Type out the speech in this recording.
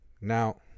Now